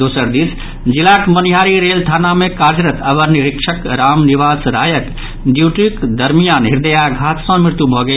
दोसर दिस जिलाक मनिहारी रेल थाना मे कार्यरत अवर निरीक्षक रामनिबास रायक ड्यूटीक दरमियान हृद्याघात सॅ मृत्यु भऽ गेल